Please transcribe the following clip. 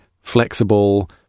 flexible